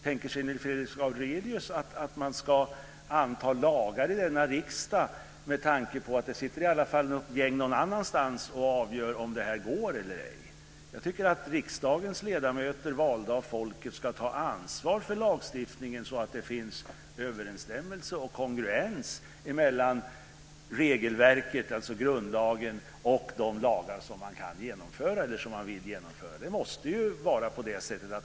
Tänker sig Nils Fredrik Aurelius att man ska anta lagar i denna riksdag med tanken att det i varje fall sitter något gäng någon annanstans och avgör om det går eller ej? Jag tycker att riksdagens ledamöter, valda av folket, ska ta ansvar för lagstiftningen så att det finns överensstämmelser och kongruens mellan regelverket, dvs. grundlagen, och de lagar som man vill genomföra. Det måste vara på det sättet.